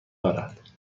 دارد